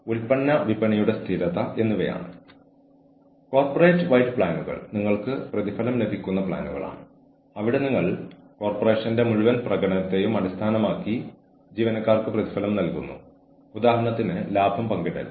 അതിനാൽ നഷ്ടപരിഹാരത്തെ സംബന്ധിച്ചിടത്തോളം ഹ്യൂമൻ റിസോഴ്സ് മാനേജർക്ക് വ്യക്തിക്ക് ലഭിക്കുന്ന പണം ജീവനക്കാരന് ലഭിക്കുന്ന ശമ്പളം ആനുകൂല്യങ്ങൾ എന്നിവ ന്യായമാണെന്ന് ഉറപ്പാക്കാൻ സജീവമായ നടപടികൾ സ്വീകരിക്കാൻ കഴിയും